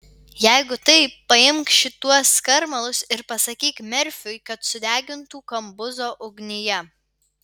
jeigu taip paimk šituos skarmalus ir pasakyk merfiui kad sudegintų kambuzo ugnyje